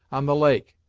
on the lake,